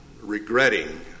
regretting